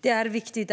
Det är viktigt